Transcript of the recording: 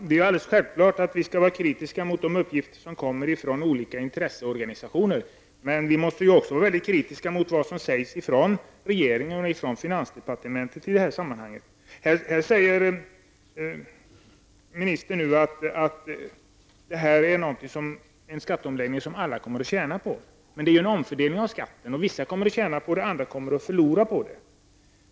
Herr talman! Det är klart att vi skall vara kritiska mot de uppgifter som kommer från olika intresseorganisationer. Men vi måste också vara mycket kritiska mot allt vad som sägs av regeringen och finansdepartementet. Ministern säger att alla kommer att tjäna på skatteomläggningen. Det är fråga om en omfördelning av skatterna, och vissa kommer att tjäna på omläggningen, medan andra kommer att förlora på den.